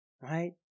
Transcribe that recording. right